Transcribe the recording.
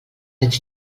anys